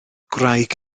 gwraig